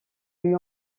lui